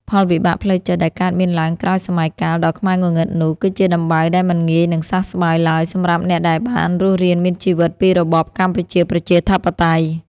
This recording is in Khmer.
ផលវិបាកផ្លូវចិត្តដែលកើតមានឡើងក្រោយសម័យកាលដ៏ខ្មៅងងឹតនោះ គឺជាដំបៅដែលមិនងាយនឹងសះស្បើយឡើយសម្រាប់អ្នកដែលបានរស់រានមានជីវិតពីរបបកម្ពុជាប្រជាធិបតេយ្យ។